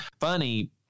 funny